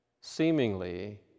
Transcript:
seemingly